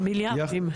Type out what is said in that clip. מיליארדים.